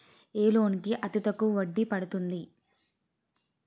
ఏ loan కి అతి తక్కువ వడ్డీ పడుతుంది?